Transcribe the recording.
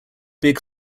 big